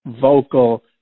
vocal